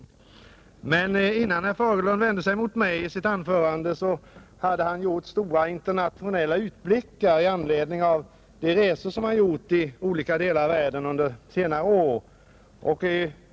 Men innan herr Fagerlund vände sig mot mig i sitt anförande hade han gjort stora internationella utblickar i anledning av de resor han har gjort i olika delar av världen under senare år.